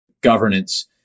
governance